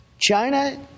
China